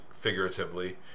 figuratively